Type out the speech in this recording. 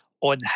on